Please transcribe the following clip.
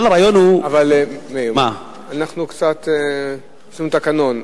כל הרעיון הוא, מאיר, יש לנו תקנון.